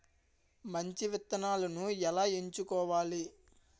మంచి విత్తనాలను ఎలా ఎంచుకోవాలి?